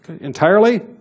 entirely